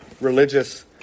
religious